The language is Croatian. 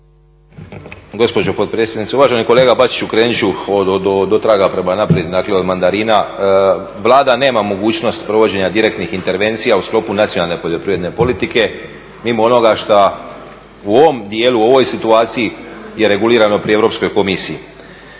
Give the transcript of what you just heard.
Gospođo potpredsjednice. Uvaženi kolega Bačiću, krenut ću od otraga prema naprijed, dakle od mandarina. Vlada nema mogućnost provođenja direktnih intervencija u sklopu nacionalne poljoprivredne politike mimo onoga što u ovom dijelu, u ovoj situaciji je regulirano pri Europskoj komisiji.